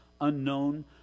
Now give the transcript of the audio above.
unknown